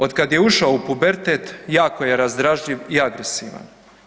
Otkad je ušao u pubertet, jako je razdražljiv i agresivan.